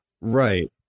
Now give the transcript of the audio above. right